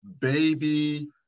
baby